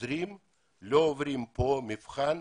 חוזרים ולא עוברים כאן את המבחן.